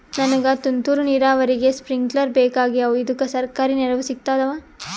ನನಗ ತುಂತೂರು ನೀರಾವರಿಗೆ ಸ್ಪಿಂಕ್ಲರ ಬೇಕಾಗ್ಯಾವ ಇದುಕ ಸರ್ಕಾರಿ ನೆರವು ಸಿಗತ್ತಾವ?